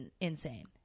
insane